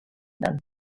hunan